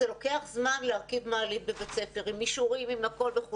לוקח זמן להרכיב מעלית בבית ספר עם אישורים והכול,